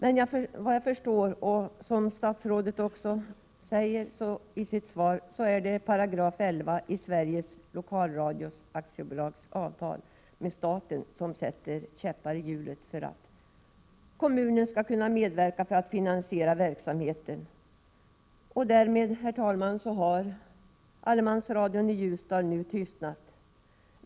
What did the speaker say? Efter vad jag förstår, vilket också statsrådet säger i sitt svar, är det 11 § i Sveriges Lokalradio AB:s avtal med staten som sätter käppar i hjulet för att kommunen skall kunna medverka till att finansiera verksamheten. Därmed, herr talman, har allemansradion i Ljusdal tystnat.